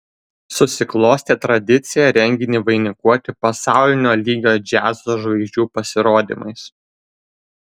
susiklostė tradicija renginį vainikuoti pasaulinio lygio džiazo žvaigždžių pasirodymais